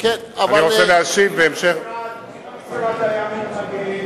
זה צריך להישאל בוועדת השרים לענייני חקיקה,